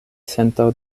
senco